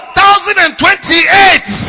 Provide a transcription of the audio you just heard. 1028